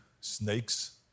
snakes